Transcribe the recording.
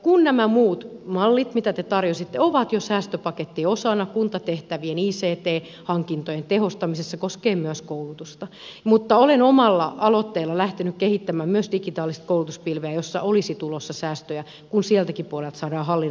kun nämä muut mallit mitä te tarjositte ovat jo säästöpakettien osana kuntatehtävien ict hankintojen tehostamisessa se koskee myös koulutusta olen omalla aloitteella lähtenyt kehittämään myös digitaalista koulutuspilveä josta olisi tulossa säästöjä kun siltäkin puolelta saadaan hallinnollisia kuluja kitkettyä